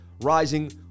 rising